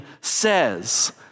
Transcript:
says